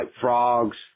frogs